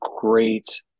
great